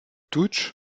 touch